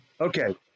Okay